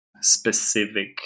specific